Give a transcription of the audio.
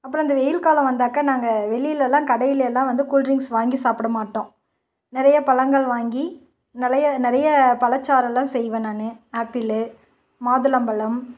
அப்புறோம் அந்த வெயில் காலம் வந்தாக்கா நாங்கள் வெளிலெலாம் கடையிலேலாம் வந்து கூல் ட்ரிங்க்ஸ் வாங்கி சாப்பிட மாட்டோம் நிறைய பழங்கள் வாங்கி நெறைய நிறைய பழச்சாறெல்லாம் செய்வேன் நான் ஆப்பிள் மாதுளம்பழம்